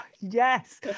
Yes